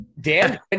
Dan